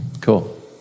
Cool